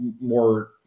more